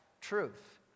truth